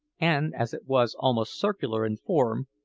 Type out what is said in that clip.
and as it was almost circular in form,